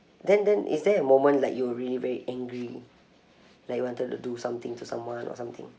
then then is there a moment like you really very angry like you wanted to do something to someone or something